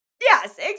Yes